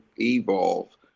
evolve